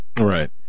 Right